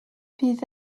bydd